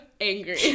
angry